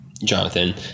Jonathan